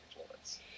influence